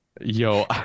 Yo